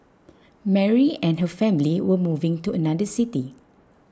Mary and her family were moving to another city